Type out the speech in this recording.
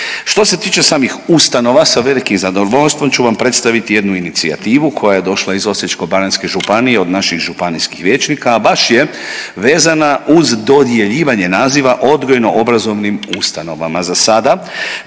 Što se tiče samih ustanova sa velikim zadovoljstvom ću vam predstaviti jednu inicijativu koja je došla iz Osječko-baranjske županije od naših županijskih vijećnika, a baš je vezana uz dodjeljivanje naziva odgojno obrazovnim ustanovama.